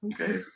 okay